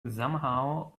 somehow